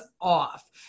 off